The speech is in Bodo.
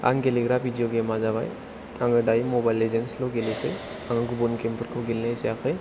आं गेलेग्रा भिदिय' गेम आ जाबाय आङो दायो मबाइल लेजेन्द्स ल' गेलेयो आङो गुबुन गेम फोरखौ गेलेनाय जायाखै